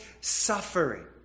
suffering